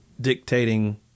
dictating